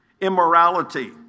immorality